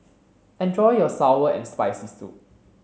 enjoy your sour and spicy soup